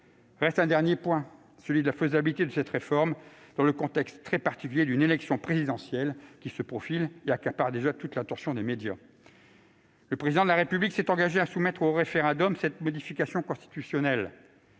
Reste un dernier point, celui de la faisabilité de cette réforme, dans le contexte très particulier d'une élection présidentielle qui se profile et accapare déjà toute l'attention des médias. Le Président de la République s'est engagé à soumettre à référendum cette modification constitutionnelle,